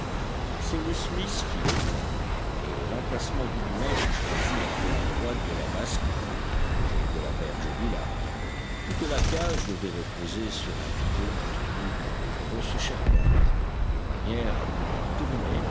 les plans et l'emplacement du moulin fut choisi un peu à droite de la basse-cour près de la berge du lac toute la cage devait reposer sur un pivot maintenu dans de grosses charpentes de manière à pouvoir tourner